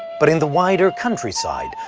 but in the wider countryside,